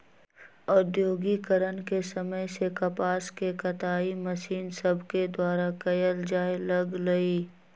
औद्योगिकरण के समय से कपास के कताई मशीन सभके द्वारा कयल जाय लगलई